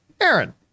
Aaron